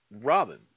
robin